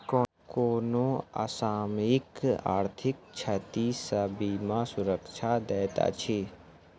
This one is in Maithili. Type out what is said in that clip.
कोनो असामयिक आर्थिक क्षति सॅ बीमा सुरक्षा दैत अछि